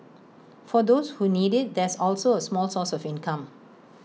for those who need IT there's also A small source of income